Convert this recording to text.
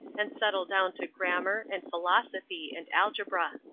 and settle down to grammar, and philosophy, and algebra.